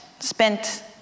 spent